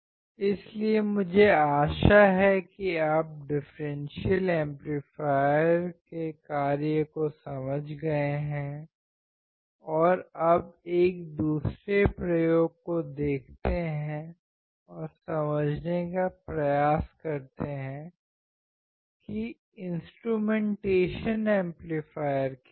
इसलिए मुझे आशा है कि आप डिफ़्रेंसियल एम्पलीफायर के कार्य को समझ गए हैं और अब एक दूसरे प्रयोग को देखते हैं और समझने का प्रयास करते हैं कि इंस्ट्रूमेंटेशन एम्पलीफायर क्या है